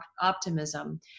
optimism